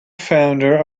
founder